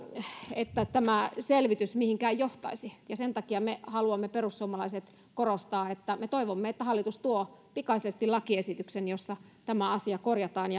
että tämä selvitys mihinkään johtaisi ja sen takia me perussuomalaiset haluamme korostaa että me toivomme että hallitus tuo pikaisesti lakiesityksen jossa tämä asia korjataan